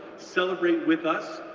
celebrate with us,